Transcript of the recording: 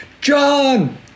John